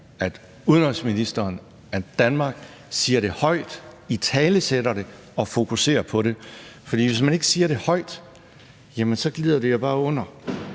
udenrigsministeren og Danmark siger det højt, italesætter det og fokuserer på det. For hvis man ikke siger det højt, glider det bare under;